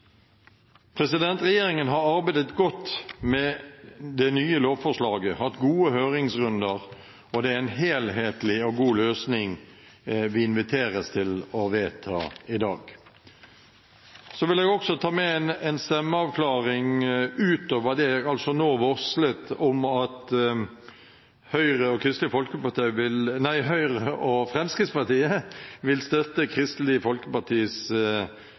Regjeringen har arbeidet godt med det nye lovforslaget og hatt gode høringsrunder, og det er en helhetlig og god løsning vi inviteres til å vedta i dag. Jeg vil også ta med en stemmeavklaring – utover det som jeg nå varslet, om at Høyre og Fremskrittspartiet vil støtte forslag nr. 2, fra Kristelig Folkeparti,